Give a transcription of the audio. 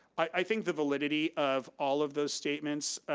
i think the validity of all of those statements,